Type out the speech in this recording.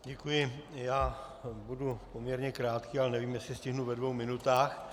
Děkuji, budu poměrně krátký, ale nevím, jestli stihnu ve dvou minutách.